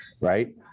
right